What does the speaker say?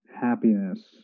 happiness